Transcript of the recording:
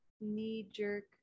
knee-jerk